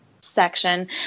section